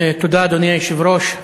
אדוני היושב-ראש,